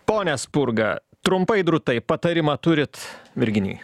pone spurga trumpai drūtai patarimą turit virginijui